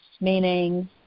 Meaning